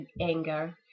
anger